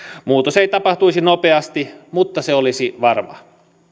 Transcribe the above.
muutos ei tapahtuisi nopeasti mutta se olisi varma